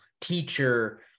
teacher